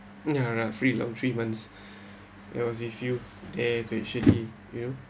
yeah roughly around three months when I was with you there to actually you know